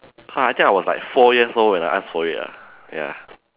!huh! I think I was like four years old when I asked for it ah ya